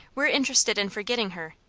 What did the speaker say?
we're interested in forgetting her.